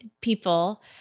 people